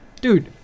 dude